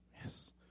Yes